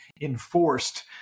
enforced